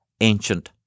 ancient